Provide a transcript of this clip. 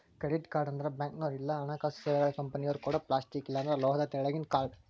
credit card ಅಂದ್ರ ಬ್ಯಾಂಕ್ನೋರ್ ಇಲ್ಲಾ ಹಣಕಾಸು ಸೇವೆಗಳ ಕಂಪನಿಯೊರ ಕೊಡೊ ಪ್ಲಾಸ್ಟಿಕ್ ಇಲ್ಲಾಂದ್ರ ಲೋಹದ ತೆಳ್ಳಗಿಂದ ಕಾರ್ಡ್